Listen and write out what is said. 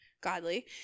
godly